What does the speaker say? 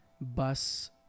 bus